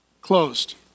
closed